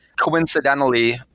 coincidentally